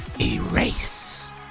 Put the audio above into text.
Erase